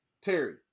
Terry